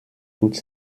toute